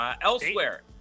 Elsewhere